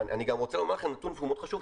אני גם רוצה לומר לכם נתון שהוא מאוד חשוב.